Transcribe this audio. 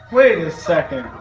wait a second.